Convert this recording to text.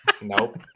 Nope